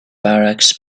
barracks